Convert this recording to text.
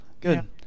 good